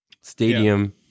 stadium